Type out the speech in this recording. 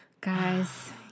Guys